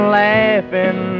laughing